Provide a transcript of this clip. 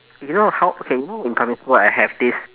you know how okay you know in primary school I have this